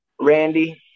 Randy